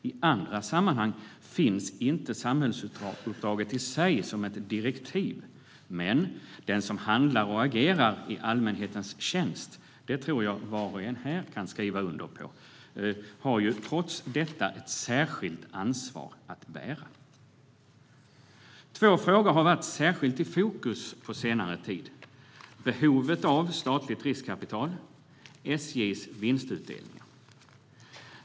I andra sammanhang finns inte samhällsuppdraget i sig som ett direktiv, men den som handlar och agerar i allmänhetens tjänst har trots detta ett särskilt ansvar att bära. Det tror jag att var och en här kan skriva under på. Två frågor har varit särskilt i fokus på senare tid - behovet av statligt riskkapital och SJ:s vinstutdelningar.